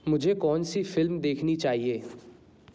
मुझे कौनसी फ़िल्म देखनी चाहिए